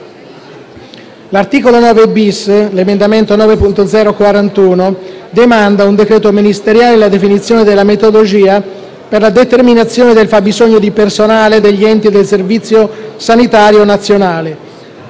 L'articolo 9*-bis* (emendamento 9.0.41 (testo 2)) demanda a un decreto ministeriale la definizione della metodologia per la determinazione del fabbisogno di personale degli enti del Servizio sanitario nazionale